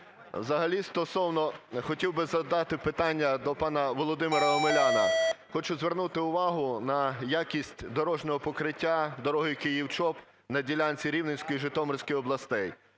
Взагалі стосовно... Хотів би задати питання до пана Володимира Омеляна. Хочу звернути увагу на якість дорожнього покриття дороги Київ – Чоп на ділянці Рівненської, Житомирської областей: